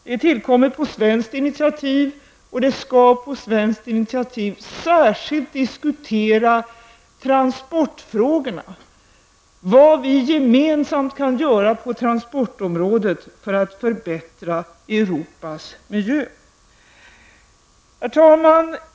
Det är tillkommit på svenskt initiativ, och likaså på svenskt initiativ skall man särskilt disktutera transportfrågorna, vad vi gemensamt kan göra på transportområdet för att förbättra Europas miljö. Herr talman!